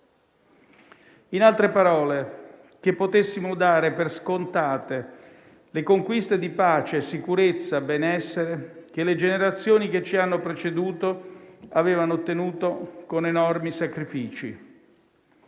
in altre parole, che potessimo dare per scontate le conquiste di pace, sicurezza, benessere che le generazioni che ci hanno preceduto avevano ottenuto con enormi sacrifici.